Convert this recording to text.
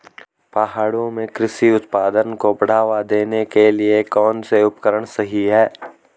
पहाड़ों में कृषि उत्पादन को बढ़ावा देने के लिए कौन कौन से उपकरण सही हैं?